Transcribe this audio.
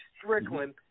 Strickland